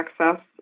access